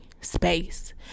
space